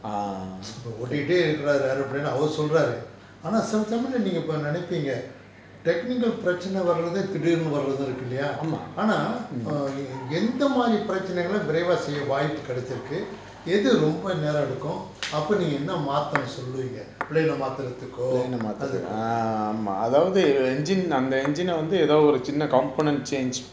இப்ப ஓடிக்கிட்டே இருக்குற:ippa odikkitte irukura aeroplane அவரு சொல்றாரு ஆனா சில சமயம் நீங்க இப்ப நெனைப்பீங்க:avaru solraru aana sila samayam neenga ippa nenaippeenga technical பிரச்சன வர்றது திடீர்னு வர்றது இருக்கில்லையா ஆனா:pirachana varrathu thideernu varrathu irukkillayaa aanaa err எந்த மாரி பிரச்சனைகளும் விரைவா செய்ய வாய்ப்பு கெடச்சு இருக்கு எது ரொம்ப நேரம் எடுக்கும் அப்ப நீங்க என்ன மாத்த சொல்லுவீங்க:entha maari pirachanaigalum viraiva seiya vaaippu kedachu irukku ethu romba neram edukkum appe neenga enna maatha solluveenga plane ஐ மாத்துரதுக்கோ அதுக்கு:ai maatthurathukko athukku